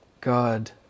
God